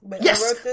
Yes